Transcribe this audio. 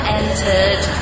entered